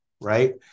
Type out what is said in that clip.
right